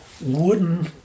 wooden